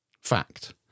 fact